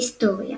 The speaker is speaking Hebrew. היסטוריה